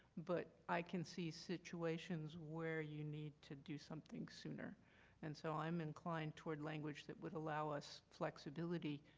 but i can see situations where you need to do something sooner and so i am inclined toward language that would allow us flexibility